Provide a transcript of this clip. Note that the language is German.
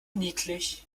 niedlich